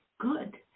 Good